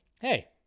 hey